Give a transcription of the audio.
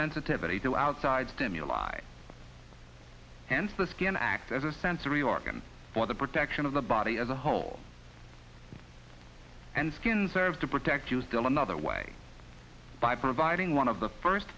sensitivity to outside stimuli and this can act as a sensory organ for the protection of the body as a whole and skin serves to protect you still another way by providing one of the first